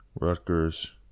Rutgers